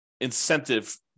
incentive